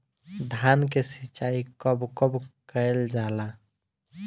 धान के सिचाई कब कब कएल जाला?